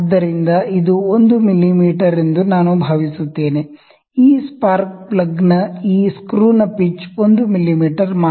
ಆದ್ದರಿಂದ ಇದು 1 ಮಿಮೀ ಎಂದು ನಾನು ಭಾವಿಸುತ್ತೇನೆ ಈ ಸ್ಪಾರ್ಕ್ ಪ್ಲಗ್ನ ಈ ಸ್ಕ್ರೂನ ಪಿಚ್ 1 ಮಿಮೀ ಮಾತ್ರ